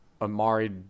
Amari